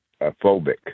Phobic